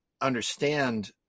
understand